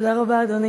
תודה רבה, אדוני.